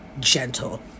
gentle